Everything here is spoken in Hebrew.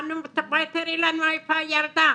אמרנו, בואי תראי לנו איפה הילדה,